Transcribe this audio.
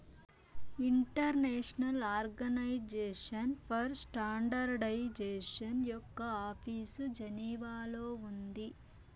international organisation for standardisation యొక్క office జెనీవాలో ఉంది